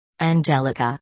Angelica